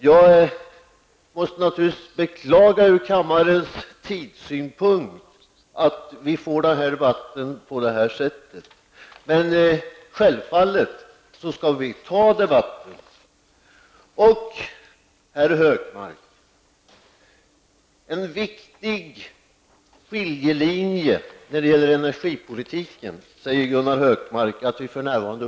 Jag måste naturligtvis med anledning av kammarens pressade tidsläge beklaga att vi får denna debatt på det här sättet, men vi skall självfallet ta denna debatt. Gunnar Hökmark säger att vi för närvarande upplever en viktig skiljelinje när det gäller energipolitiken. Ja, det är riktigt.